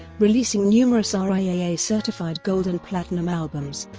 releasing numerous ah riaa-certified gold and platinum albums.